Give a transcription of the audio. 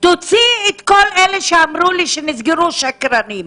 תוציאי את כל אלה שאמרו לי שנסגרו, שקרנים.